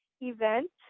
event